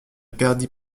perdit